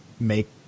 make